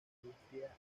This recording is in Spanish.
industria